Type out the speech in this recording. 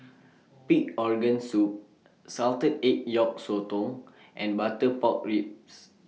Pig Organ Soup Salted Egg Yolk Sotong and Butter Pork Ribs